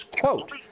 Quote